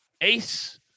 ace